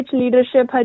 leadership